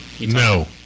No